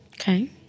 Okay